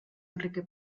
enrique